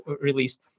released